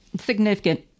significant